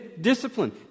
discipline